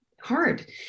hard